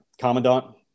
commandant